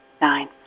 nine